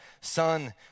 son